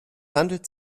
handelt